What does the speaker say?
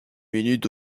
minute